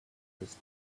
his